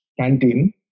canteen